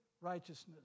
righteousness